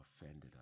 offended